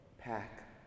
pack